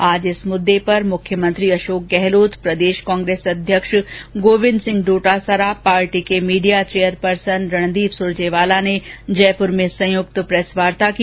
आज इस मुद्दे पर मुख्यमंत्री अशोक गहलोत प्रदेश कांग्रेस अध्यक्ष गोविंद सिंह डोटासरा पार्टी के मीडिया चेयरपर्सन रणदीप सुरजेवाला ने जयपुर में संयुक्त प्रेस वार्ता की